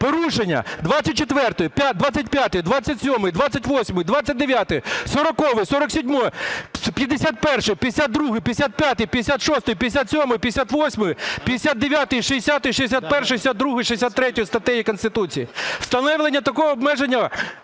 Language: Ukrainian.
Порушення 24, 25, 27, 28, 29, 40, 47, 51, 52, 55, 56, 57, 58, 59, 60, 61, 62, 63 статей Конституції. Встановлення такого обмеження